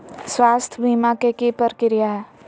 स्वास्थ बीमा के की प्रक्रिया है?